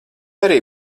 arī